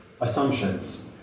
assumptions